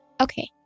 Okay